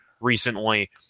recently